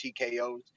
TKOs